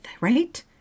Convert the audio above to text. right